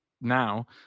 now